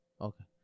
Okay